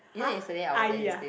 !huh! ah ya